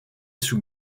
sous